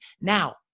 Now